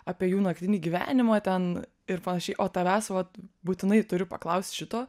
apie jų naktinį gyvenimą ten ir panašiai o tavęs vat būtinai turiu paklaust šito